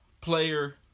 player